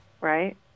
right